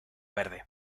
verde